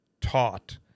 taught